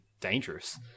dangerous